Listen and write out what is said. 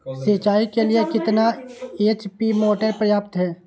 सिंचाई के लिए कितना एच.पी मोटर पर्याप्त है?